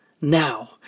now